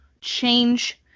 change